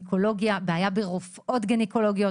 בגניקולוגיה, בעיה ברופאות גניקולוגיות.